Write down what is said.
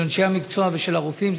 של אנשי המקצוע ושל הרופאים,